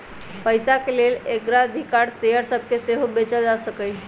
पइसाके लेल अग्राधिकार शेयर सभके सेहो बेचल जा सकहइ